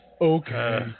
Okay